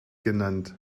genannt